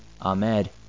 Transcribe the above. Ahmed